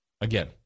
again